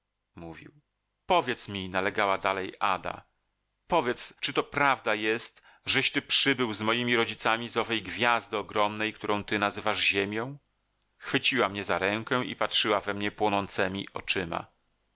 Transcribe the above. mówił powiedz mi nalegała dalej ada powiedz czy to prawda jest żeś ty przybył z moimi rodzicami z owej gwiazdy ogromnej którą ty nazywasz ziemią chwyciła mnie za rękę i patrzyła we mnie płonącemi oczyma